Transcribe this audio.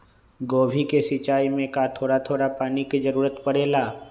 गोभी के सिचाई में का थोड़ा थोड़ा पानी के जरूरत परे ला?